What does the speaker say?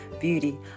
beauty